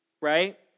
right